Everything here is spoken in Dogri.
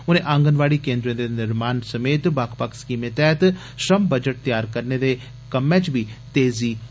उनें आंगनवाड़ी केन्द्रे दे निर्माण ते बक्ख बक्ख स्कीमें तैहत श्रम बजट त्यार करने दे कम्मै दा बी जायजा लैता